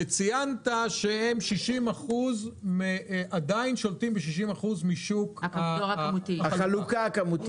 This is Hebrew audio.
ציינת שהם עדיין שולטים ב-60% משוק החלוקה הכמותית.